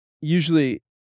usually